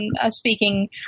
speaking